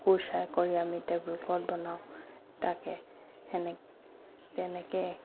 কুৰ্চাই কৰি আমি table cloth বনাওঁ তাকে সেনে তেনেকৈ